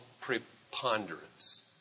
preponderance